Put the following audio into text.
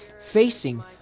facing